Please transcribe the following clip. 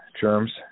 germs